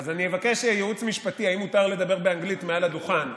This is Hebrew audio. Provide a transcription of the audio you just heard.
אז אני אבקש ייעוץ משפטי אם מותר לדבר באנגלית מעל הדוכן.